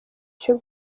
cyo